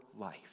life